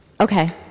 Okay